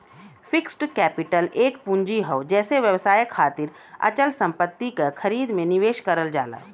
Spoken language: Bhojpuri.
फिक्स्ड कैपिटल एक पूंजी हौ जेसे व्यवसाय खातिर अचल संपत्ति क खरीद में निवेश करल जाला